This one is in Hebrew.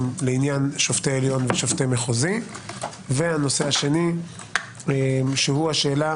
לעניין שופטי עליון ושופטי מחוזי; והנושא השני שהוא השאלה,